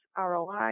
ROI